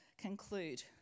conclude